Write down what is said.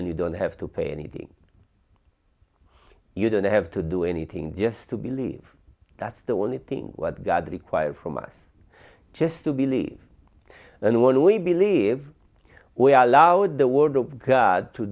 and you don't have to pay anything you don't have to do anything just to believe that's the only thing what god requires from us just to believe and when we believe we are allowed the word of god to